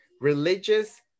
religious